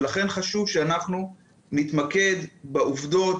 ולכן חשוב שאנחנו נתמקד בעובדות,